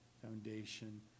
foundation